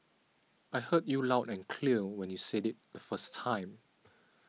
I heard you loud and clear when you said it the first time